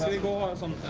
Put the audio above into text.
he wants um